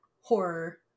horror